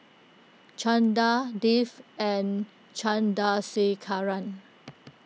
Chanda Dev and Chandrasekaran